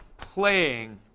playing